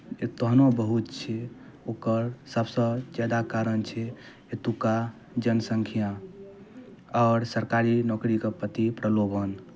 तहनो बहुत छै ओकर सभसँ ज्यादा कारण छै एतुक्का जनससङ्ख्या आओर सरकारी नौकरीके प्रति प्रलोभन